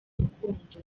rukundo